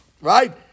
Right